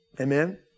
Amen